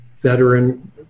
veteran